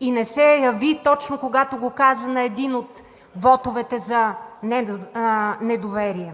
и не се яви точно когато го каза на един от вотовете за недоверие.